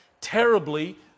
terribly